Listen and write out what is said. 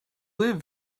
live